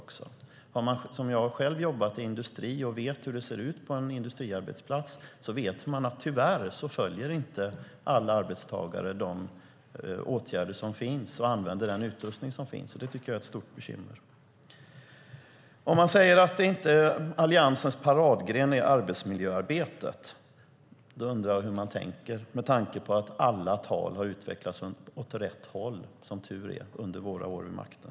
Om man, som jag, själv har jobbat i industrin och vet hur det ser ut på en industriarbetsplats vet man att alla arbetstagare tyvärr inte följer de åtgärder som finns eller använder den utrustning som finns. Det tycker jag är ett stort bekymmer. Om man säger att arbetsmiljöarbetet inte är Alliansens paradgren, då undrar jag hur man tänker med tanke på att alla tal har utvecklats åt rätt håll, som tur är, under våra år vid makten.